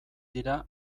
dira